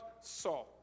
saw